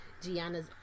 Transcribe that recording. Gianna's